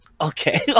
Okay